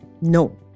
No